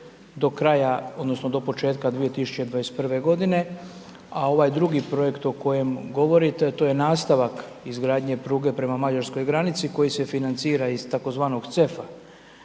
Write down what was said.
do kraja odnosno do početka 2021. godine, a ovaj drugi projekt o kojem govorite, a to je nastavak izgradnje pruge prema Mađarskoj granici, koji se financira iz tzv. CEF-a